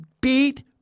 Beat